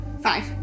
Five